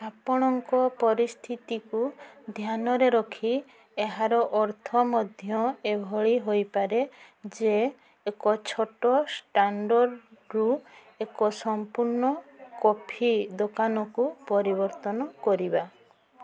ଆପଣଙ୍କ ପରିସ୍ଥିତିକୁ ଧ୍ୟାନରେ ରଖି ଏହାର ଅର୍ଥ ମଧ୍ୟ ଏଭଳି ହୋଇପାରେ ଯେ ଏକ ଛୋଟ ଷ୍ଟାଣ୍ଡ୍ରୁ ଏକ ସମ୍ପୂର୍ଣ୍ଣ କଫି ଦୋକାନକୁ ପରିବର୍ତ୍ତନ କରିବା